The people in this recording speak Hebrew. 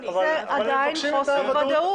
עדיין זה חוסר ודאות.